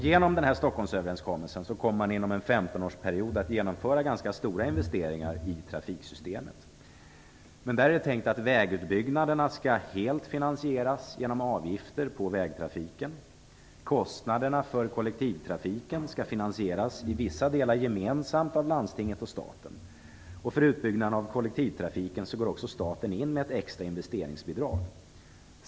Genom Stockholmsöverenskommelsen kommer man inom en 15-årsperiod att genomföra ganska stora investeringar i trafiksystemet. Det är tänkt att vägutbyggnaderna skall finansieras helt genom avgifter på vägtrafiken. Kollektivtrafiken skall finansieras i vissa delar gemensamt av landstinget och staten. Till utbyggnaden av kollektivtrafiken går också staten in med ett extra investeringsbidrag.